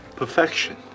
Perfection